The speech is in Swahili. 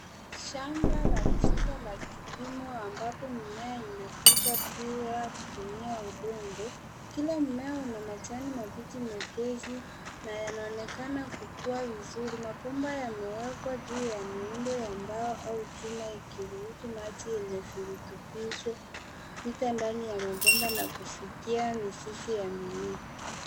Shamba la kisasa la kilimo ambapo mimea imekuuza bila kutumia udongo. Kila mmea una majani mabichi mepesi na yanaonekana kukuwa uzuri, mabomba yamewekwa juu ya miundo ya mbao au chuma ikiruhusu maji enye virutubisho kupita ndani ya mabomba na kufikia mizizi ya mimea.